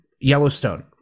Yellowstone